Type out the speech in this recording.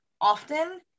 often